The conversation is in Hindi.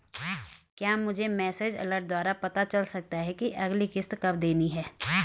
क्या मुझे मैसेज अलर्ट द्वारा पता चल सकता कि अगली किश्त कब देनी है?